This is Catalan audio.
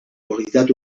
qualitat